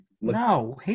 No